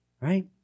Right